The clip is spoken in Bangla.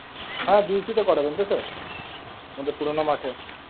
হ্যাঁ বিইউসিতে করাবেন তো স্যার আমাদের পুরোনো মাঠে